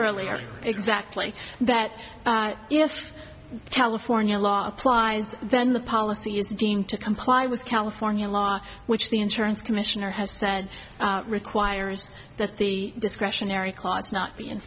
earlier exactly that if california law applies then the policy is deemed to comply with california law which the insurance commissioner has said requires that the discretionary clause not be